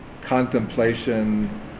contemplation